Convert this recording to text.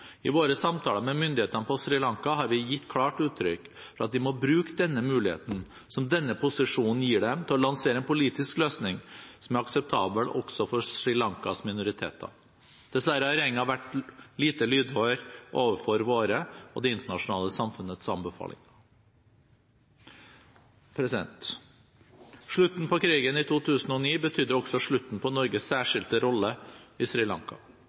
I våre samtaler med myndighetene i Sri Lanka har vi gitt klart uttrykk for at de må bruke den muligheten som denne posisjonen gir dem, til å lansere en politisk løsning som er akseptabel også for Sri Lankas minoriteter. Dessverre har regjeringen vært lite lydhør overfor våre, og det internasjonale samfunnets, anbefalinger. Slutten på krigen i 2009 betydde også slutten på Norges særskilte rolle i